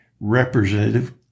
Representative